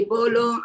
Bolo